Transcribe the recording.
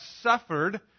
suffered